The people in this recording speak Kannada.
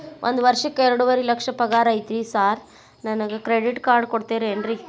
ಒಂದ್ ವರ್ಷಕ್ಕ ಎರಡುವರಿ ಲಕ್ಷ ಪಗಾರ ಐತ್ರಿ ಸಾರ್ ನನ್ಗ ಕ್ರೆಡಿಟ್ ಕಾರ್ಡ್ ಕೊಡ್ತೇರೆನ್ರಿ?